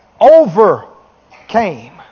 overcame